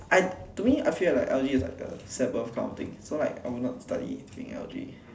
I to me I feel like L_G is like the sabbath kind of thing so like I will not study anything in L_G